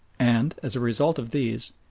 and, as a result of these,